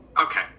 Okay